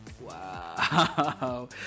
Wow